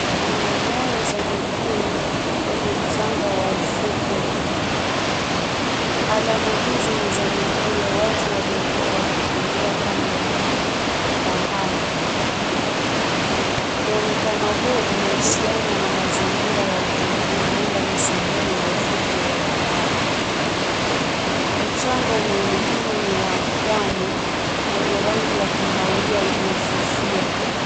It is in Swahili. Kuna nyayo za miguu kwenye mchanga wa mfukwe. Alama hizi ni za miguu ya watu walikuwa wakitembea kando ya bahari. Mwonekano huu unahusiana na mazingira ya utulivu huenda ni sehemu ya ufukwe wa bahari. Mchanga unaonekana ni wa pwani wenye rangi ya kahawia iliyofifia.